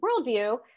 worldview